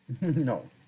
No